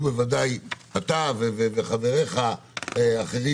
בוודאי אתה וחבריך האחרים,